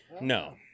No